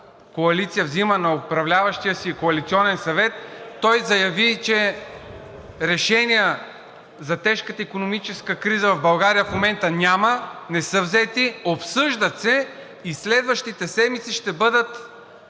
коалиция взима на управляващия си коалиционен съвет. Той заяви, че решения за тежката икономическа криза в България в момента няма, не са взети, обсъждат се и следващите седмици ще бъдат